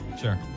Sure